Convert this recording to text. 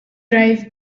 drive